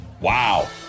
Wow